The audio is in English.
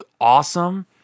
awesome